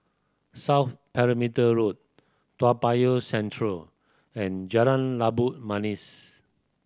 South Perimeter Road Toa Payoh Central and Jalan Labu Manis